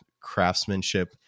craftsmanship